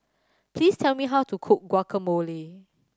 please tell me how to cook Guacamole